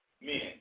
men